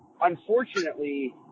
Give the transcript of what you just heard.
Unfortunately